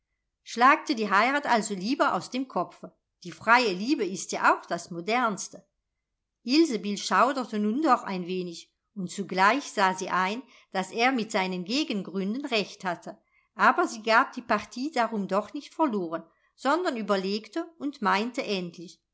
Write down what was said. dir die heirat also lieber aus dem kopfe die freie liebe ist ja auch das modernste ilsebill schauderte nun doch ein wenig und zugleich sah sie ein daß er mit seinen gegengründen recht hatte aber sie gab die partie darum doch nicht verloren sondern überlegte und meinte